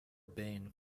bain